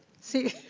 see,